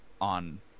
on